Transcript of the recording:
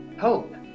hope